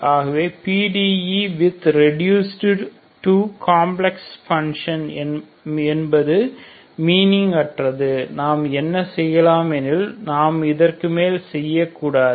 ஆகவே PDE with respect to complex function என்பது meaning அற்றது நாம் என்ன செய்யலாம் எனில் நாம் இதற்கு மேல் செய்யக்கூடாது